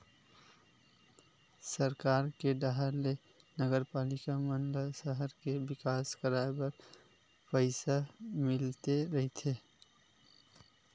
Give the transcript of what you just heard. सरकार के डाहर ले नगरपालिका मन ल सहर के बिकास कराय बर पइसा मिलते रहिथे